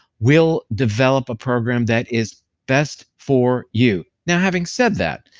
we'll develop a program that is best for you. now having said that,